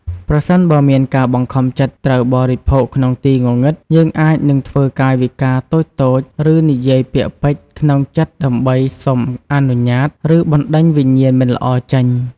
ប្រសិនបើមានការបង្ខំចិត្តត្រូវបរិភោគក្នុងទីងងឹតយើងអាចនឹងធ្វើកាយវិការតូចៗ ឬនិយាយពាក្យពេចន៍ក្នុងចិត្តដើម្បីសុំអនុញ្ញាត ឬបណ្តេញវិញ្ញាណមិនល្អចេញ ។